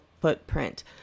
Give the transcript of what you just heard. footprint